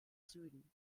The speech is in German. süden